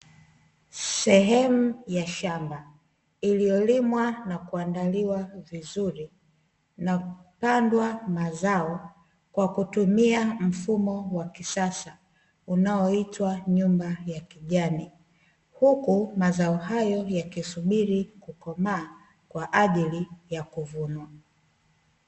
Sehemu ya shamba iliyolimwa na kuandaliwa vizuri, na kupandwa mazao kwa kutumia mfumo wa kisasa unaoitwa nyumba ya kijani, huku mazao hayo yakisubiri kukomaa kwa ajili ya kuvunwa.